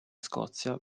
scozia